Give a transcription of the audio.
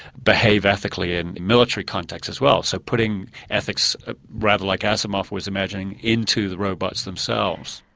behave ethically in military contexts as well so putting ethics rather like asimov was imagining into the robots themselves.